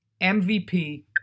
MVP